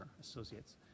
Associates